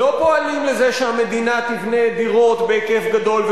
לא פועלים לזה שהמדינה תבנה דירות בהיקף גדול,